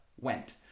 went